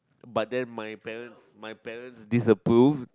but then my parents my parents disapprove